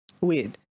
weird